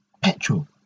petrol